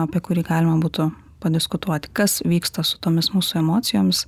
apie kurį galima būtų padiskutuoti kas vyksta su tomis mūsų emocijomis